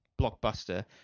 blockbuster